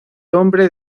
hombre